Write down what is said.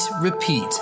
repeat